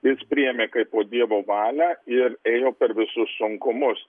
jis priėmė kaipo dievo valią ir ėjo per visus sunkumus